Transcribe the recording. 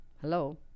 Hello